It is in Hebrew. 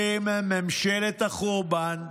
אתם, ממשלת החורבן,